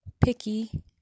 picky